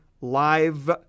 live